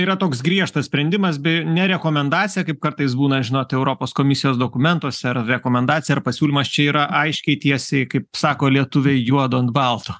yra toks griežtas sprendimas bei ne rekomendacija kaip kartais būna žinote europos komisijos dokumentuose ar rekomendacija ar pasiūlymas čia yra aiškiai tiesiai kaip sako lietuviai juodu ant balto